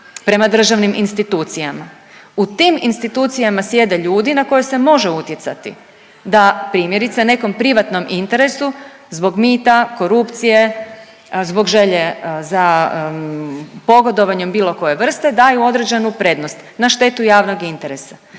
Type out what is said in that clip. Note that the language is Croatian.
prema državnim institucijama. U tim institucijama sjede ljudi na koje se može utjecati da primjerice nekom privatnom interesu zbog mita, korupcije, zbog želje za pogodovanjem bilo koje vrste daju određenu prednost na štetu javnog interesa.